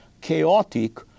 chaotic